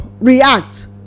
react